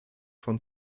von